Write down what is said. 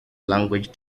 language